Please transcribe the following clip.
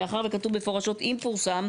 מאחר וכתוב מפורשות "אם פורסם",